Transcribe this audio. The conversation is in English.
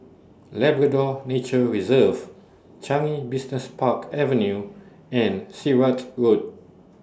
Labrador Nature Reserve Changi Business Park Avenue and Sirat Road